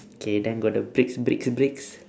K then got the bricks bricks bricks